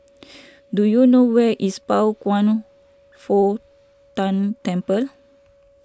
do you know where is Pao Kwan Foh Tang Temple